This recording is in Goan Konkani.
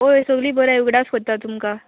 ओय सगळीं बरीं हाय उगडास कोत्ता तुमकां